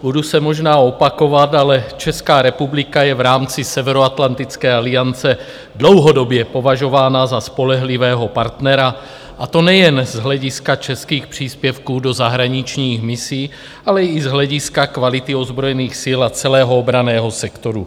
Budu se možná opakovat, ale Česká republika je v rámci Severoatlantické aliance dlouhodobě považována za spolehlivého partnera, a to nejen z hlediska českých příspěvků do zahraničních misí, ale i z hlediska kvality ozbrojených sil a celého obranného sektoru.